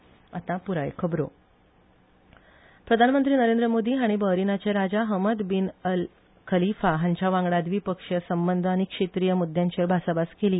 PM Bahrain प्रधानमंत्री नरेंद्र मोदी हाणी बॅहरीनचे राजा Hamad bin Isa Al Khalifa हांच्या वांगडा व्दिपक्षीय संबंद आनी क्षेत्रिय मुद्यांचेर भासाभास केली